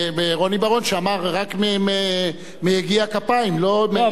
רוני בר-און שאמר: רק מיגיע כפיים, ולא, לא.